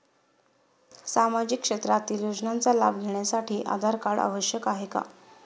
सामाजिक क्षेत्रातील योजनांचा लाभ घेण्यासाठी आधार कार्ड आवश्यक आहे का?